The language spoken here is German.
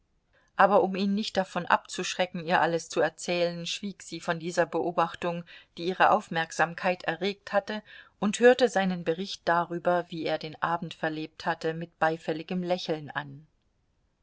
aber um ihn nicht davon abzuschrecken ihr alles zu erzählen schwieg sie von dieser beobachtung die ihre aufmerksamkeit erregt hatte und hörte seinen bericht darüber wie er den abend verlebt hatte mit beifälligem lächeln an